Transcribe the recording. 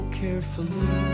carefully